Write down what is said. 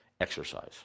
exercise